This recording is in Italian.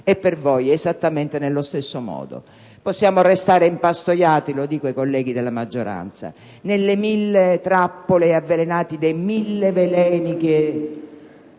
e per voi, esattamente nello stesso modo. Possiamo restare impastoiati, lo dico ai colleghi della maggioranza, nelle mille trappole avvelenate dei mille veleni che